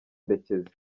ndekezi